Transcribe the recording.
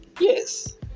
yes